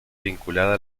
vinculada